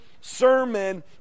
sermon